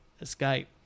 escape